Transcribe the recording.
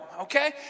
Okay